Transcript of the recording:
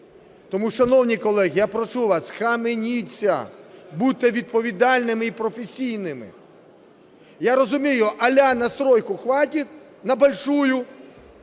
Тому, шановні колеги, я вас прошу схаменіться, будьте відповідальними і професійними. Я розумію, аля на стройку хватит на большую,